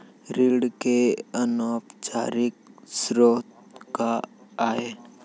ऋण के अनौपचारिक स्रोत का आय?